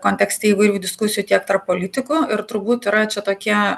kontekste įvairių diskusijų tiek tarp politikų ir turbūt yra čia tokie